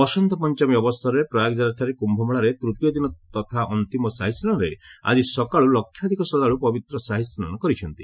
ବସନ୍ତ ପଞ୍ଚମୀ ଅବସରରେ ପ୍ରୟାଗରାଜଠାରେ କ୍ୟୁମେଳାର ତୃତୀୟ ତଥା ଅନ୍ତିମ ସାହିସ୍ନାନରେ ଆଜି ସକାଳୁ ଲକ୍ଷାଧିକ ଶ୍ରଦ୍ଧାଳୁ ପବିତ୍ର ସାହିସ୍ନାନ କରିଛନ୍ତି